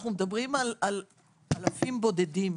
אנו מדברים על אלפים בודדים.